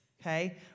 okay